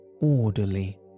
orderly